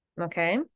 Okay